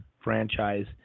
franchise